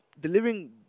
delivering